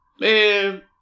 Man